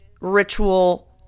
ritual